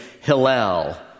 Hillel